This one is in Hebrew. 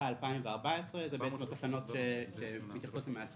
התשע"ה 2014. אלה התקנות שמתייחסות למעשה